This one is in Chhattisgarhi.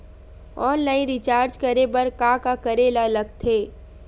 ऑनलाइन रिचार्ज करे बर का का करे ल लगथे?